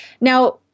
Now